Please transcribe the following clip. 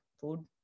food